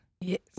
Yes